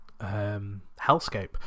hellscape